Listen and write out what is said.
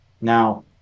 Now